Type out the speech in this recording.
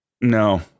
No